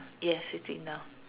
yes sitting down